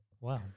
Wow